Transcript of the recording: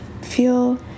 feel